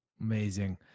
Amazing